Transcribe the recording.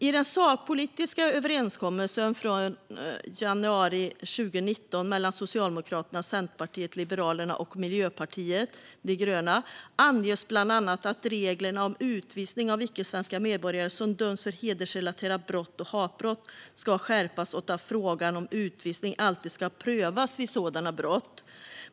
I den sakpolitiska överenskommelsen från januari 2019 mellan Socialdemokraterna, Centerpartiet, Liberalerna och Miljöpartiet de gröna anges bland annat att reglerna om utvisning av icke-svenska medborgare som döms för hedersrelaterade brott och hatbrott ska skärpas och att frågan om utvisning alltid ska prövas vid sådana brott.